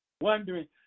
Wondering